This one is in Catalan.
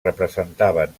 representaven